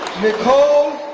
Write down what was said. nicole